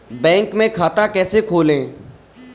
Bank में खाता कैसे खोलें?